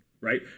right